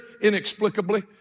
inexplicably